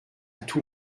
tout